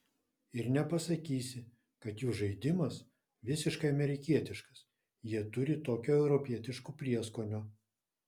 ir nepasakysi kad jų žaidimas visiškai amerikietiškas jie turi tokio europietiško prieskonio